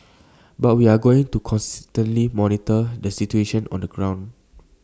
but we are going to constantly monitor the situation on the ground